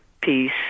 peace